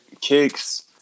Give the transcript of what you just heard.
kicks